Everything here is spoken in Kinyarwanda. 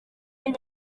ari